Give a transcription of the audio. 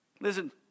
Listen